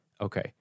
Okay